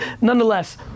nonetheless